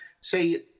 say